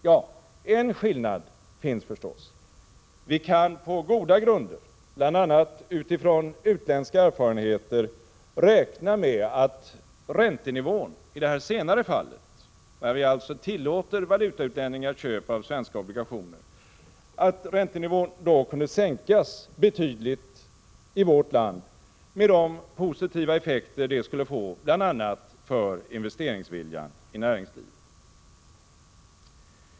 Ja, en skillnad finns det förstås: Vi kan på goda grunder, bl.a. utifrån utländska erfarenheter, räkna med att räntenivån i det senare fallet — när vi alltså tillåter valutautlänningars köp av svenska obligationer — kunde sänkas betydligt i vårt land med de positiva effekter det skulle få bl.a. för investeringsviljan i näringslivet.